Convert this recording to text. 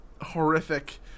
horrific